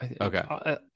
Okay